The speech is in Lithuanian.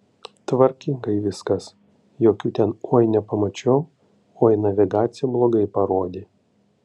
tvarkingai viskas jokių ten oi nepamačiau oi navigacija blogai parodė